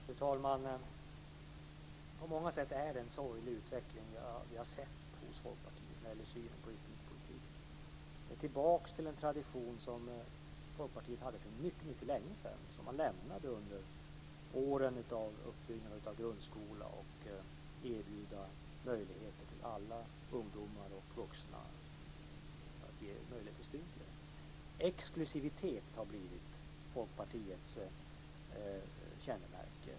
Fru talman! På många sätt är det en sorglig utveckling som vi har sett hos Folkpartiet när det gäller synen på utbildningspolitik. Man har gått tillbaks till en tradition som Folkpartiet hade för mycket, mycket länge sedan och som man lämnade under åren då grundskolan byggdes upp och alla ungdomar och vuxna erbjöds möjligheter till studier. Exklusivitet har blivit Folkpartiets kännemärke.